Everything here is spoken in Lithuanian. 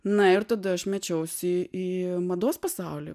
na ir tada aš mečiausi į mados pasaulį